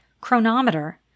Chronometer